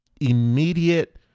immediate